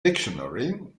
dictionary